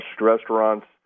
restaurants